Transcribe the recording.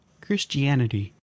Christianity